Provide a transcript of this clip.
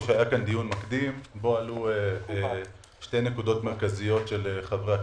היה כאן דיון מקדים שבו עלו שתי נקודות מרכזיות על ידי חברי הכנסת,